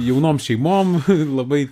jaunom šeimom labai